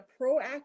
proactive